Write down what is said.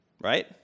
Right